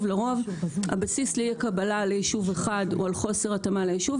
לרוב הבסיס לאי קבלה ליישוב אחד הוא על חוסר התאמה ליישוב,